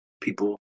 people